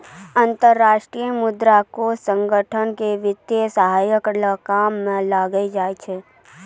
अन्तर्राष्ट्रीय मुद्रा कोष संगठन क वित्तीय सहायता ल काम म लानलो जाय छै